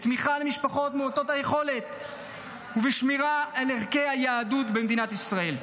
בתמיכה במשפחות מעוטות יכולת ובשמירה על ערכי היהדות במדינת ישראל.